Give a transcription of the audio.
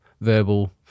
verbal